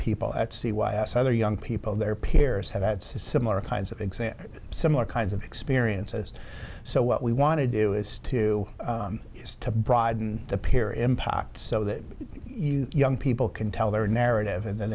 people at c y s other young people their peers have had similar kinds of exams similar kinds of experiences so what we want to do is to to broaden the peer impact so that you young people can tell their narrative and then